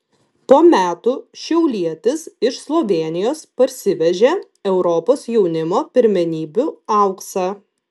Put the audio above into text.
po metų šiaulietis iš slovėnijos parsivežė europos jaunimo pirmenybių auksą